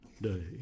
day